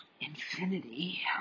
infinity